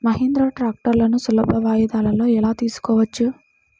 మహీంద్రా ట్రాక్టర్లను సులభ వాయిదాలలో ఎలా తీసుకోవచ్చు?